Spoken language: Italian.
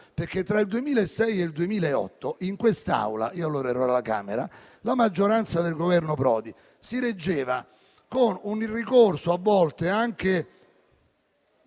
perché tra il 2006 e il 2008 in quest'Aula (io allora ero alla Camera), la maggioranza del Governo Prodi si reggeva con un ricorso, a volte anche...